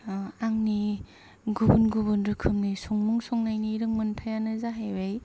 आंनि गुबुन गुबुन रोखोमनि संमुं संनायनि रोंमोन्थायानो जाहैबाय